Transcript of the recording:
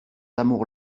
amour